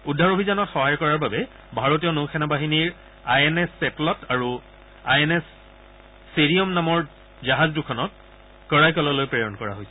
উদ্ধাৰ অভিযানত সহায় কৰাৰ বাবে ভাৰতীয় নৌ সেনা বাহিনীৰ আই এন এছ ছেটলট আৰু আই এন এছ ছেৰিয়ম নামৰ জাহাজ দুখনক কৰাইকললৈ প্ৰেৰণ কৰা হৈছে